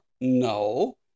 No